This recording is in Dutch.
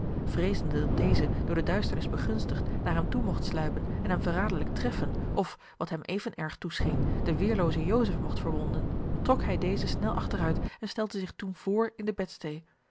dat deze door de duisternis begunstigd naar hem toe mogt sluipen en hem verraderlijk treffen of wat hem even erg toescheen den weêrloozen joseph mogt verwonden trok hij dezen snel achteruit en stelde zich toen vr in de